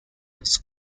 was